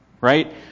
right